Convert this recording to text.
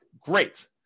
great